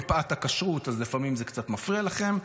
מפאת הכשרות זה לפעמים קצת מפריע לכם.